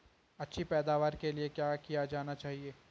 अच्छी पैदावार के लिए क्या किया जाना चाहिए?